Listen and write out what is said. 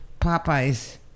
Popeye's